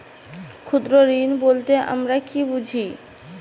ক্ষুদ্র ঋণ বলতে আমরা কি বুঝি?